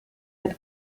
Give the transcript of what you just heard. wird